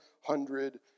hundred